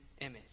image